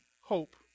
hope